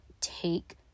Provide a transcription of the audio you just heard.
take